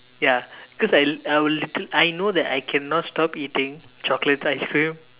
ya because I I will literally I know that I cannot stop eating chocolate ice cream